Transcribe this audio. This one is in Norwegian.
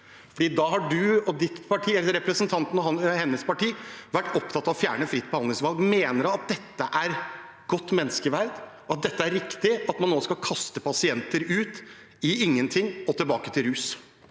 og hennes parti har vært opptatt av å fjerne fritt behandlingsvalg. Mener hun at dette er godt menneskeverd, og at det er riktig – at man nå skal kaste pasienter ut i ingenting og tilbake til rus?